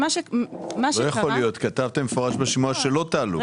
לא יכול להיות, כתבתם במפורש בשימוע שלא תעלו.